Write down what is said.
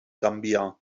gambia